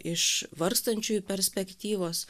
iš vargstančiųjų perspektyvos